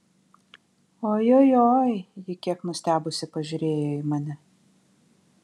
ojojoi ji kiek nustebusi pažiūrėjo į mane